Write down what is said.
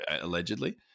allegedly